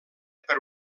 per